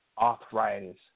arthritis